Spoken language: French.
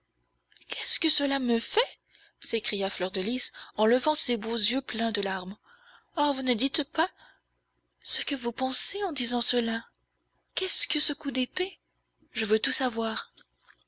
qu'est-ce que cela me fait s'écria fleur de lys en levant ses beaux yeux pleins de larmes oh vous ne dites pas ce que vous pensez en disant cela qu'est-ce que ce coup d'épée je veux tout savoir